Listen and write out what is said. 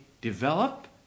develop